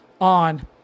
on